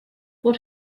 what